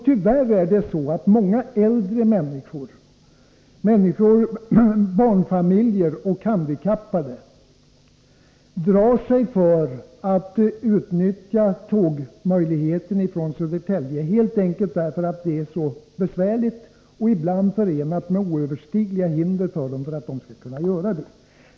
Tyvärr är det så att många äldre människor, barnfamiljer och handikappade drar sig för att utnyttja möjligheten att ta tåget från Södertälje, helt enkelt därför att det är så besvärligt och ibland förenat med oöverstigliga hinder för dem att göra det.